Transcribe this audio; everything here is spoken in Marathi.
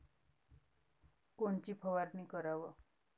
कोनची फवारणी कराव?